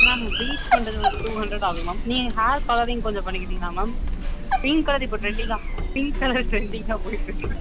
ma'am bleach பண்ணுறது ஒரு two hundred ஆகும் மேம் நீங்கள் ஹேர் கலரிங் கொஞ்சம் பண்ணிக்கிறீங்களா மேம் க்ரீன் கலர் இப்போ ட்ரெண்டிங் தான் க்ரீன் கலர் ட்ரெண்டிங்கா போய்கிட்ருக்கு